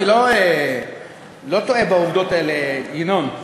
אני לא טועה בעובדות האלה, ינון?